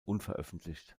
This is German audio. unveröffentlicht